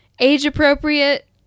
Age-appropriate